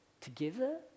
together